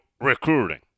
recruiting